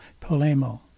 Polemo